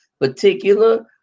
particular